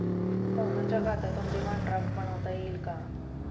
मोहनच्या खात्यातून demand draft बनवता येईल का?